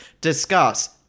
discuss